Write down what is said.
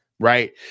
right